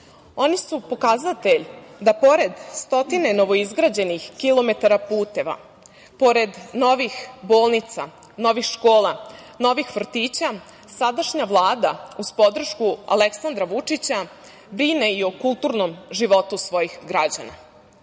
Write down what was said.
Oni su pokazatelj da pored stotine novoizgrađenih kilometara puteva, pored novih bolnica, novih škola, novih vrtića, sadašnja Vlada, uz podršku Aleksandra Vučića, brine i o kulturnom životu svojih građana. Da